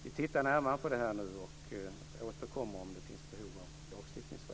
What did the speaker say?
Vi tittar närmare på detta nu och återkommer om det finns behov av lagstiftningsförändringar.